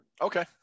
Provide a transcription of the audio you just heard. Okay